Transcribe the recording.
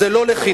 זה לא לחינם.